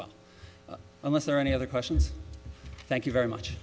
well unless there are any other questions thank you very much